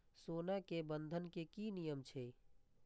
सोना के बंधन के कि नियम छै?